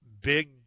big